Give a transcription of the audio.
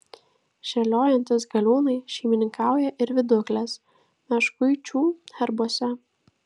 šėliojantys galiūnai šeimininkauja ir viduklės meškuičių herbuose